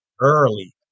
early